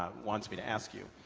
wants me to ask you.